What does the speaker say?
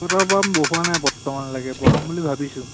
তুলু pump বহোৱা নাই বৰ্তমানলৈকে বহাম বুলি ভাবিছোঁ